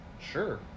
sure